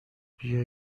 بیا